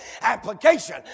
application